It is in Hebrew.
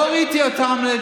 לא ראיתי אותם,